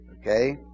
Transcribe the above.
Okay